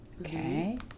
Okay